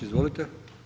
Izvolite.